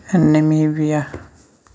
Namibia